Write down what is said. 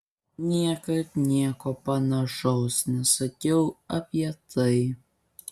niekad nieko panašaus nesakiau apie tai